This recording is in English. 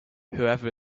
whoever